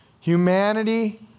Humanity